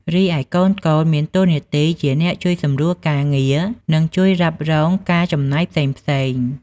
រីឯ កូនៗ មានតួនាទីជាអ្នកជួយសម្រួលការងារ និងជួយរ៉ាប់រងការចំណាយផ្សេងៗ។